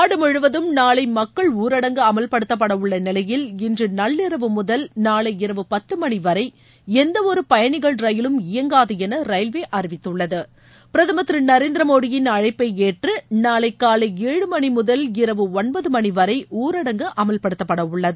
நாடுமுழுவதும் நாளைமக்கள் ஊரடங்கு அமவ்படுத்தப்படவுள்ளநிலையில் இன்றுநள்ளிரவு முதல் நாளை இரவு பத்துமணிவரைஎந்தவொருபயணிகள் ரயிலும் இயங்காதஎனரயில்வேஅறிவித்துள்ளது பிரதுமர் திருநரேந்திரமோடியின் அழைப்பைஏற்றுநாளைகாலை ஏழு மணிமுதல் இரவு ஒன்பதுமணிவரைஊரடங்கு அமல்படுத்தப்படவுள்ளது